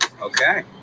Okay